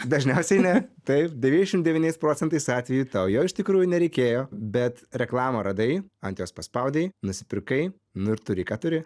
dažniausiai ne taip devyniasdešimt devyniais procentais atvejų tau jo iš tikrųjų nereikėjo bet reklamą radai ant jos paspaudei nusipirkai nu ir turi ką turi